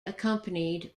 accompanied